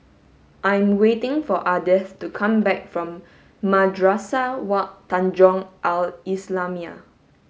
I am waiting for Ardeth to come back from Madrasah Wak Tanjong Al islamiah